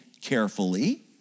carefully